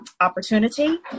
Opportunity